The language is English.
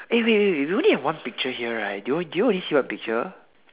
eh wait wait wait we only have one picture here right do you on~ do you only see your picture